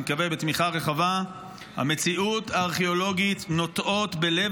אני מקווה שבתמיכה רחבה: "המציאות הארכיאולוגית נוטעת בלב